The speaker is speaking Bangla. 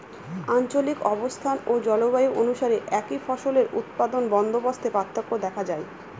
আঞ্চলিক অবস্থান ও জলবায়ু অনুসারে একই ফসলের উৎপাদন বন্দোবস্তে পার্থক্য দেখা যায়